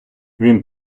він